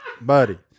buddy